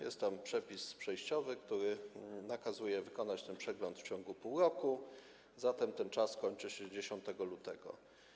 Jest tam przepis przejściowy, który nakazuje wykonać ten przegląd w ciągu pół roku, zatem ten czas kończy się 10 lutego.